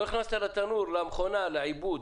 לא הכנסת לתנור, למכונה, לעיבוד.